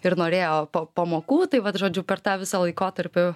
ir norėjo po pamokų tai vat žodžiu per tą visą laikotarpį